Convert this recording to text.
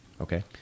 Okay